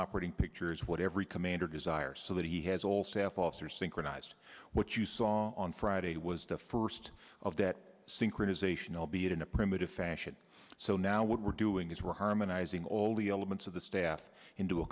operating picture is what every commander desires so that he has all staff officers synchronized what you saw on friday was the first of that synchronization albeit in a primitive fashion so now what we're doing is we're harmonizing all the elements of the staff into a